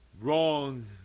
wrong